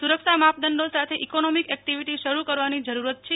સુરક્ષા માપદંડો સાથે ઈકોનોમિક એક્ટિવિટી શરૂ કરવાની જરૂરત છે